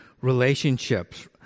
relationships